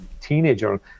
teenager